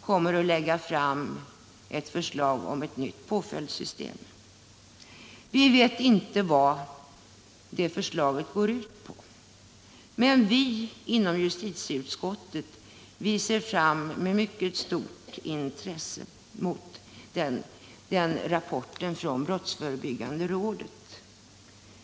kommer att lägga fram förslag om ett nytt påföljdssystem. Vi vet inte vad det förslaget går ut på, men vi inom justitieutskottet ser med mycket stort intresse fram mot rapporten från brottsförebyggande rådet.